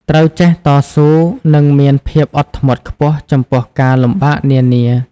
ត្រូវចេះតស៊ូ និងមានភាពអត់ធ្មត់ខ្ពស់ចំពោះការលំបាកនានា។